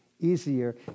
easier